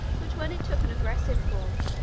but when it took an aggressive form,